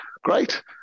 great